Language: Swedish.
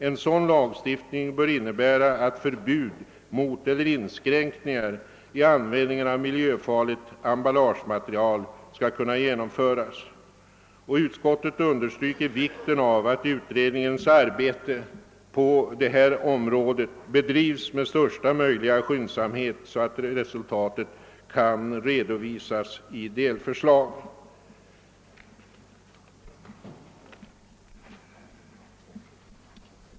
En sådan lagstiftning bör innebära att förbud mot eller inskränkning i användningen av miljöfarligt emballagematerial skall kunna genomföras. Utskottet understryker vikten av att utredningens arbete på detta område bedrivs med största möjliga skyndsamhet, så att dess resultat kan redovisas i delförslag.